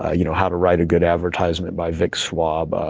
ah you know how to write a good advertisement by vic swab. ah